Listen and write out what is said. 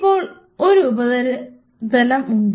ഇപ്പോൾ ഒരു ഉപരിതലം ഉണ്ട്